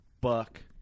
buck